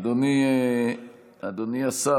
אדוני השר,